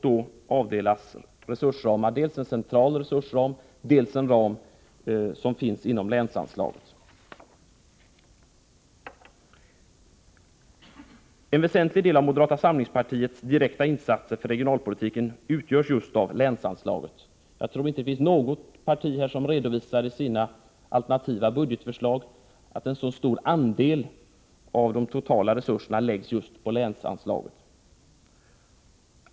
Då avdelas dels en central resursram, dels en ram som finns inom länsanslaget. En väsentlig del av moderata samlingspartiets direkta insatser för regionalpolitiken utgörs just av länsanslaget. Jag tror inte att något parti i sina alternativa budgetförslag redovisar att en så stor andel av de totala resurserna skall läggas just på länsanslaget.